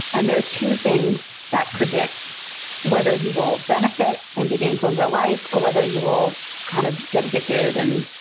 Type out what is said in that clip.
and there are two things that predict whether you will benefit and be gameful in real life or whether you will kind of get addicted and